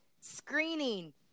screening